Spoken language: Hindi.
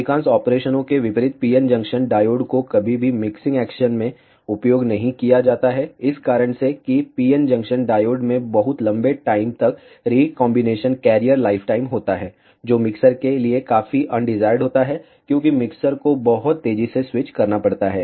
अधिकांश ऑपरेशनों के विपरीत PN जंक्शन डायोड को कभी भी मिक्सिंग एक्शन में उपयोग नहीं किया जाता है इस कारण से कि PN जंक्शन डायोड में बहुत लंबे टाइम तक रिकांबिनेशन कैरियर लाइफटाइम होता है जो मिक्सर के लिए काफी अनडिजायर्ड होता है क्योंकि मिक्सर को बहुत तेजी से स्विच करना पड़ता है